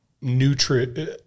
nutrient